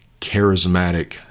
charismatic